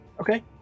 Okay